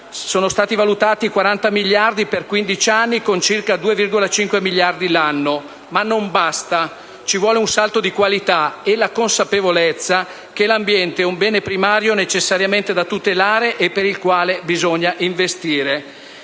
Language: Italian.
sono stati valutati 40 miliardi per quindici anni, con circa 2,5 miliardi l'anno. Ma non basta: occorrono un salto di qualità e la consapevolezza che l'ambiente è un bene primario necessariamente da tutelare e per il quale bisogna investire.